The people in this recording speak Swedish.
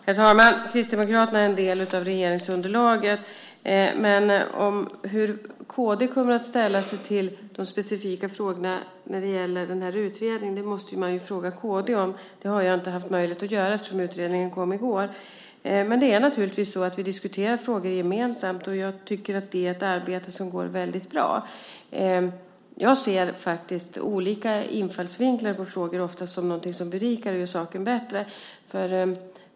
Herr talman! Kristdemokraterna är en del av regeringsunderlaget. Men hur kd kommer att ställa sig till de specifika frågorna när det gäller den här utredningen måste man ju fråga kd om. Det har jag inte haft möjlighet att göra eftersom utredningen kom i går. Det är naturligtvis så att vi diskuterar frågor gemensamt, och jag tycker att det är ett arbete som går väldigt bra. Jag ser faktiskt oftast olika infallsvinklar på frågor som någonting som berikar och gör saken bättre.